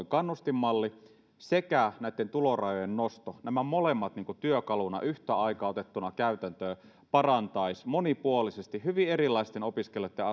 kannustinmalli sekä näitten tulorajojen nosto nämä molemmat työkaluna yhtä aikaa otettuna käytäntöön parantaisivat monipuolisesti hyvin erilaisten opiskelijoitten